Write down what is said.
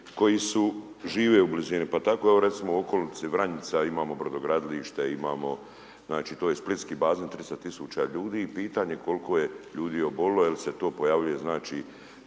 koji žive u blizini. Pa tako evo recimo u okolici Vranjica imamo brodogradilišta, imamo znači to je splitski bazen 30 tisuća ljudi i pitanje je koliko je ljudi obolilo jer se to pojavljuje znači